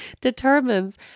determines